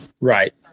Right